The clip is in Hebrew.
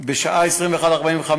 בשעה 21:45,